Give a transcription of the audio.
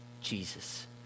Jesus